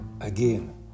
again